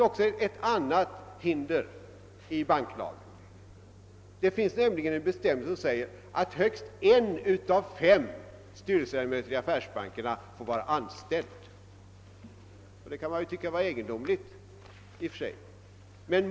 Det andra hindret i banklagen är bestämmelsen att högst en av fem styrelseledamöter i affärsbankerna får vara anställd. Det kan man i och för sig tycka är en egendomlig bestämmelse.